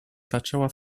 zaczęła